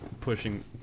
pushing